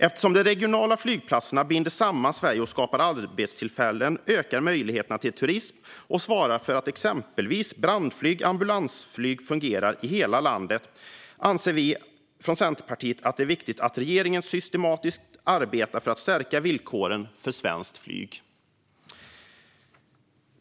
Eftersom de regionala flygplatserna binder samman Sverige och skapar arbetstillfällen ökar möjligheterna till turism, och de svarar för att till exempel brandflyg och ambulansflyg fungerar i hela landet, anser vi från Centerpartiet att det är viktigt att regeringen systematiskt arbetar för att stärka villkoren för svenskt flyg.